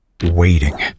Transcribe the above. waiting